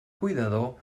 cuidador